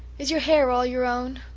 is your hair all your own?